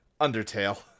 Undertale